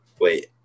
Wait